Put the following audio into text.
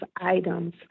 items